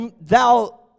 thou